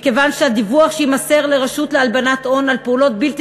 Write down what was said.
מכיוון שהדיווח שיימסר לרשות להלבנת הון על פעולות בלתי